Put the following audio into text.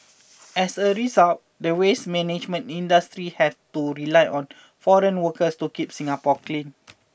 as a result the waste management industry has to rely on foreign workers to keep Singapore clean